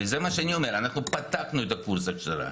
אנחנו פתחנו את קורס ההכשרה.